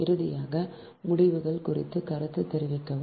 இறுதியாக முடிவுகள் குறித்து கருத்து தெரிவிக்கவும்